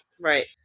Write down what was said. Right